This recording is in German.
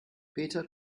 peter